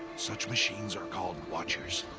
such machines are called watchers.